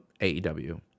AEW